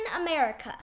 America